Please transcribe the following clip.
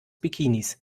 bikinis